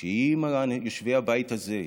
שאם יושבי הבית הזה,